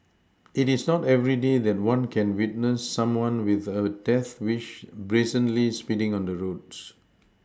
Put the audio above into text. it is not everyday that one can witness someone with a death wish brazenly speeding on the roads